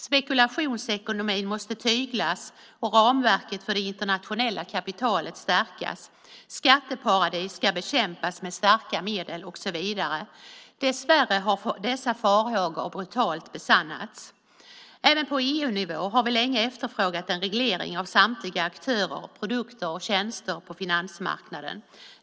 Spekulationsekonomin måste tyglas och ramverket för det internationella kapitalet stärkas. Skatteparadis ska bekämpas med starka medel och så vidare. Dessvärre har dessa farhågor brutalt besannats. Även på EU-nivå har vi länge efterfrågat en reglering av samtliga aktörer, produkter och tjänster på finansmarknaden.